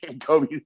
Kobe